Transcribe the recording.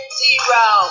zero